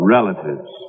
Relatives